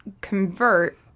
convert